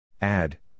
Add